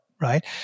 right